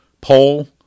Poll